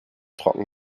trocken